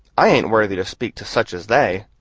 i ain't worthy to speak to such as they.